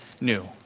new